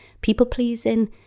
People-pleasing